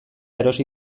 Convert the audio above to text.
erosi